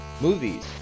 movies